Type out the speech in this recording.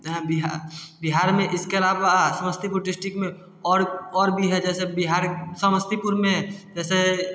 जहाँ बिहार बिहार में इसके अलावा समस्तीपुर डिस्ट्रिक में और और भी हैं जैसे बिहार समस्तीपुर में जैसे